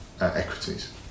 equities